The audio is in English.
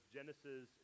Genesis